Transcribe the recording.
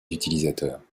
utilisateurs